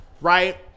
right